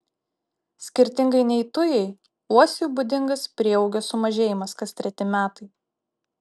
skirtingai nei tujai uosiui būdingas prieaugio sumažėjimas kas treti metai